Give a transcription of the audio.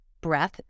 Breath